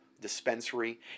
dispensary